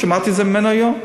שמעתי את זה ממנו היום.